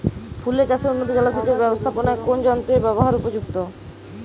ফুলের চাষে উন্নত জলসেচ এর ব্যাবস্থাপনায় কোন যন্ত্রের ব্যবহার উপযুক্ত?